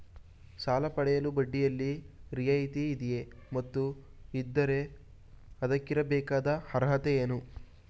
ಸಾಲ ಪಡೆಯಲು ಬಡ್ಡಿಯಲ್ಲಿ ರಿಯಾಯಿತಿ ಇದೆಯೇ ಮತ್ತು ಇದ್ದರೆ ಅದಕ್ಕಿರಬೇಕಾದ ಅರ್ಹತೆ ಏನು?